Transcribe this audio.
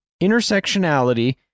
intersectionality